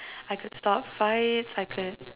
I could stop fights I could